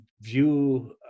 view